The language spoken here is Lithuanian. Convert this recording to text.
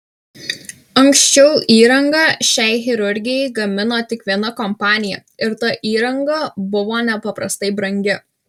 anksčiau įrangą šiai chirurgijai gamino tik viena kompanija ir ta įranga buvo nepaprastai brangi